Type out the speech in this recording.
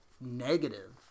negative